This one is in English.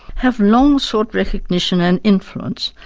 have long sought recognition and influence,